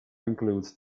includes